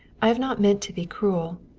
i have not meant to be cruel.